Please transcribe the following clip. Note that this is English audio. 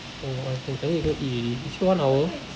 oh okay I need go and eat already is it one hour